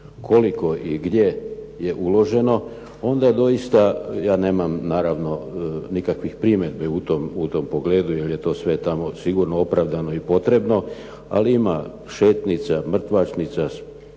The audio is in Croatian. koliko i gdje je uloženo, onda doista ja nemam naravno nikakvih primjedbi u tome pogledu, jer je to sve tamo sigurno opravdano i potrebno, ali ima šetnjica, mrtvačnica,